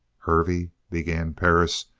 hervey, began perris,